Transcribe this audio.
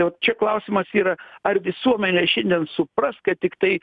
tai va čia klausimas yra ar visuomenė šiandien supras kad tiktai